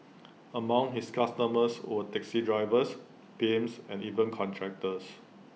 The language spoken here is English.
among his customers were taxi drivers pimps and even contractors